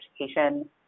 education